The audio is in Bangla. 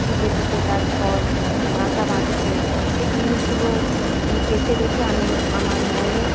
ঠুকে ঠুকে তার ঘর বাসা বাঁধছে সেই জিনিসগুলো দেখে দেখে আমি আমার মনের